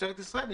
משטרת ישראל,